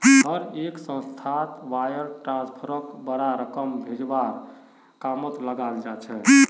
हर एक संस्थात वायर ट्रांस्फरक बडा रकम भेजवार के कामत लगाल जा छेक